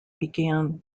began